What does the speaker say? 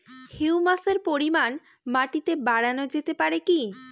হিউমাসের পরিমান মাটিতে বারানো যেতে পারে কি?